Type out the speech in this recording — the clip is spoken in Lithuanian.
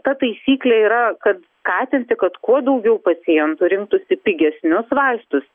ta taisyklė yra kad katinti kad kuo daugiau pacientų rinktųsi pigesnius vaistus